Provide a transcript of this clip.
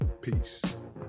Peace